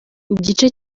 igice